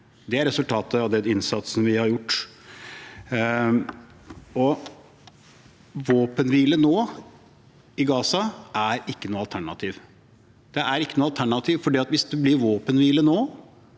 Det er resultatet av den innsatsen vi har gjort. Våpenhvile i Gaza nå er ikke noe alternativ. Det er ikke noe alternativ, for hvis det blir våpenhvile nå